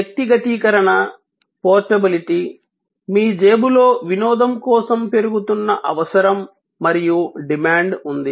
వ్యక్తిగతీకరణ portability మీ జేబులో వినోదం కోసం పెరుగుతున్న అవసరం మరియు డిమాండ్ ఉంది